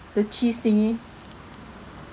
the cheese thingy